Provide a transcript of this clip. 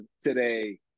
today